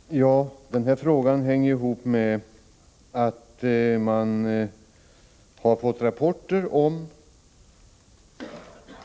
Herr talman! Att jag ställt den här frågan hänger ihop med att man fått in rapporter om